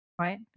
right